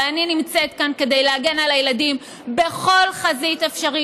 ואני נמצאת כאן כדי להגן על הילדים בכל חזית אפשרית.